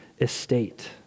estate